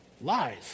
Lies